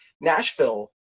Nashville